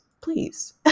please